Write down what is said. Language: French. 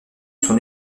son